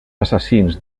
assassins